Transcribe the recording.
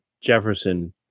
Jefferson